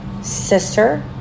sister